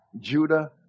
Judah